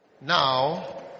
Now